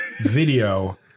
video